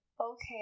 Okay